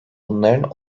bunların